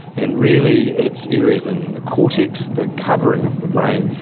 and really it's areas in the cortex, the covering of the brain,